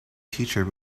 teacher